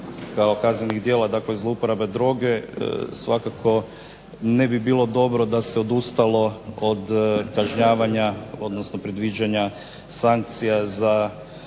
kao kaznenih djela, dakle zlouporabe droge. Svakako ne bi bilo dobro da se odustalo od kažnjavanja, odnosno predviđanja sankcija u